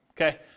Okay